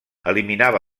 eliminava